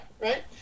right